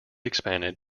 expanded